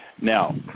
Now